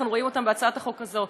אנחנו רואים אותם בהצעת החוק הזו.